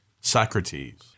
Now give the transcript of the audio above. Socrates